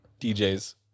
dj's